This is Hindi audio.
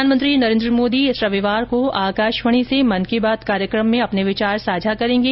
प्रधानमंत्री नरेन्द्र मोदी इस रविवार को आकाशवाणी से मन की बात कार्यक्रम में अपने विचार साझा करेंगे